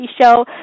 Show